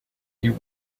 you